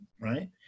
Right